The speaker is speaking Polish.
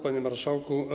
Panie Marszałku!